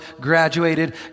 graduated